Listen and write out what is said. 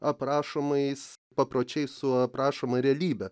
aprašomais papročiai su aprašoma realybe